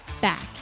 back